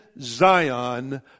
Zion